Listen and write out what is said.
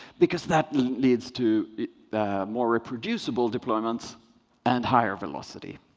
because that leads to the more reproducible deployments and higher velocity.